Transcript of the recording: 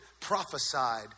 prophesied